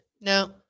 No